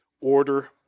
order